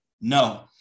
No